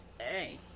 hey